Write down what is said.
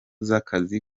z’akazi